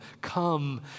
come